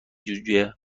جوجه